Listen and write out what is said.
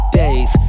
days